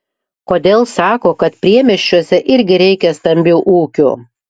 kodėl sako kad priemiesčiuose irgi reikia stambių ūkių